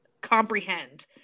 comprehend